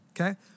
Okay